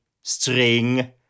string